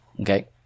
okay